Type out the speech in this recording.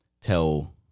tell